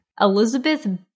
Elizabeth